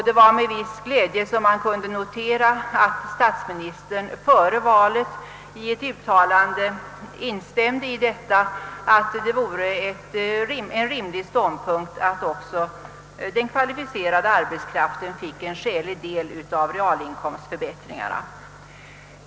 Det var med viss glädje man kunde notera att statsministern före valet i ett uttalande instämde i att det vore en rimlig ståndpunkt att också den kvalificerade arbetskraften fick en skälig del av realinkomstförbättringarna.